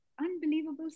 unbelievable